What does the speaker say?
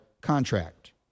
contract